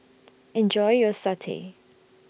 Enjoy your Satay